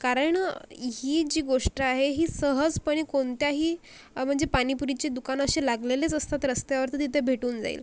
कारण ही जी गोष्ट आहे ही सहजपणे कोनत्याही म्हणजे पाणीपुरीचे दुकानं असे लागलेलेच असतात रस्त्यावर तर तिथे भेटून जाईल